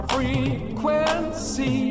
Frequency